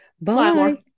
Bye